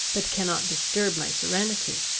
but cannot disturb my serenity.